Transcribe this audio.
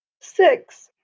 Six